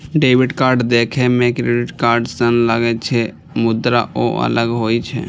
debit card देखै मे credit card सन लागै छै, मुदा ओ अलग होइ छै